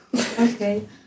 Okay